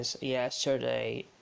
yesterday